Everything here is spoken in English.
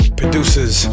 producers